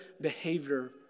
behavior